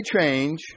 change